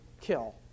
kill